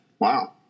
Wow